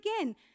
again